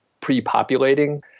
pre-populating